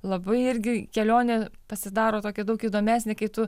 labai irgi kelionė pasidaro tokia daug įdomesnė kai tu